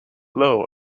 low